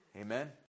Amen